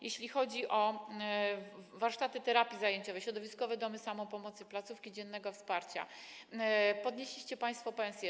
Jeśli chodzi o warsztaty terapii zajęciowej, środowiskowe domy samopomocy, placówki dziennego wsparcia, podnieśliście państwo pensje.